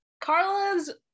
Carla's